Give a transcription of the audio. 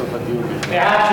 6,